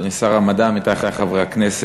אדוני שר המדע, עמיתי חברי הכנסת,